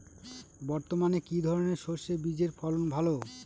বর্তমানে কি ধরনের সরষে বীজের ফলন ভালো?